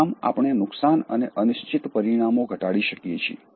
આમ આપણે નુકસાન અને અનિશ્ચિત પરિણામો ઘટાડી શકીએ છીએ